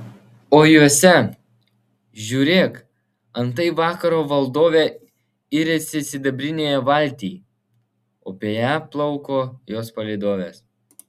o juose žiūrėk antai vakaro valdovė iriasi sidabrinėje valtyj o apie ją plauko jos palydovės